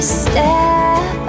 step